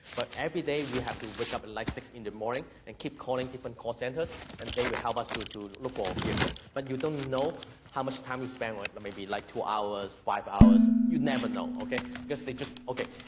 but every day we have to wake up at, like, six in the morning, and keep calling different call centers, and they would help us to to look for a vehicle. but you don't know how much time you spend with them, maybe like two hours, five hours, you never know, ok. because they just, okay,